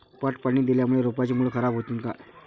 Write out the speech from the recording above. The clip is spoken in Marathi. पट पाणी दिल्यामूळे रोपाची मुळ खराब होतीन काय?